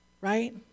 Right